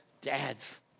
dads